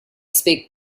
speak